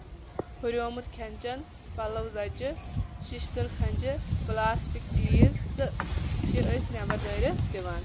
ہُریومُت کھٮ۪ن چٮ۪ن پَلو زَچہِ ششتٔر کھنجہِ پٔلاسٹِک چیٖز تہٕ چھِ أسۍ نیبر دٲرِتھ دِوان